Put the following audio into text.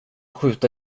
skjuta